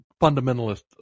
fundamentalist